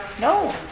No